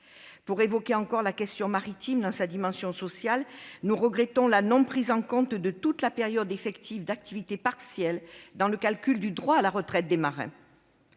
Pour évoquer encore la question maritime dans sa dimension sociale, nous regrettons la non-prise en compte de toute la période effective d'activité partielle dans le calcul du droit à la retraite des marins.